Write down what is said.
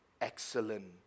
excellent